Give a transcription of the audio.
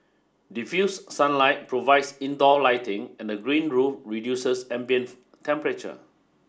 diffused sunlight provides indoor lighting and the green roof reduces ambient temperature